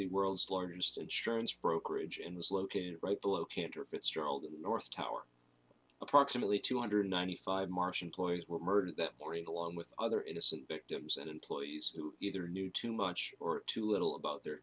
the world's largest insurance brokerage and was located right below cantor fitzgerald in the north tower approximately two hundred ninety five martian ploys were murdered that morning along with other innocent victims and employees who either knew too much or too little about their